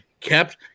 kept